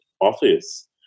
office